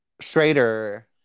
Schrader